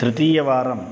तृतीयवारम्